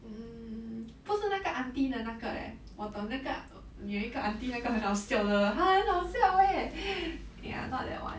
mm 不是那个 aunty 的那个 leh 我懂那个有一个 aunty 那个很好笑的他很好笑 eh ya not that [one]